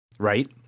Right